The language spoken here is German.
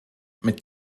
mit